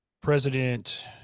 President